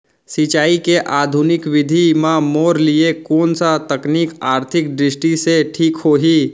सिंचाई के आधुनिक विधि म मोर लिए कोन स तकनीक आर्थिक दृष्टि से ठीक होही?